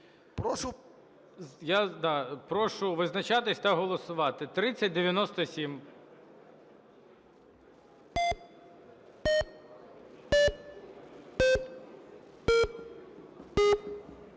Прошу визначатися та голосувати. Нестор